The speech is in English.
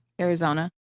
Arizona